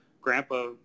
grandpa